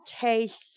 taste